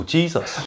Jesus